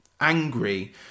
angry